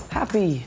Happy